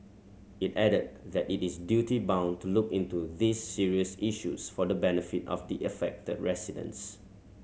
it added that it is duty bound to look into these serious issues for the benefit of the affected residents